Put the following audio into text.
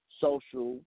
social